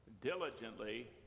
diligently